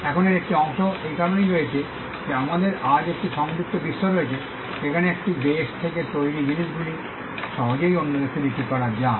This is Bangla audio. এখন এর একটি অংশ এই কারণেই রয়েছে যে আমাদের আজ একটি সংযুক্ত বিশ্ব রয়েছে যেখানে একটি দেশ থেকে তৈরি জিনিসগুলি সহজেই অন্য দেশে বিক্রি করা যায়